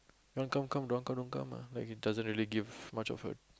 you want to come come don't want come don't come lah like it doesn't really give much of hurt